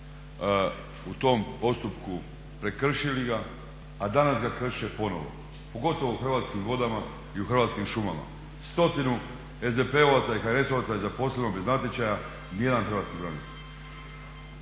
u tom postupku prekršili ga, a danas ga krše ponovo pogotovo u Hrvatskim vodama i u Hrvatskim šumama. 100 SDP-ovaca i HNS-ovaca je zaposleno bez natječaja nijedan hrvatski branitelj.